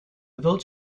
village